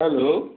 hello